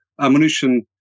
ammunition